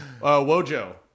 Wojo